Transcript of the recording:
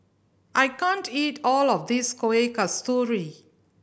I can't eat all of this Kueh Kasturi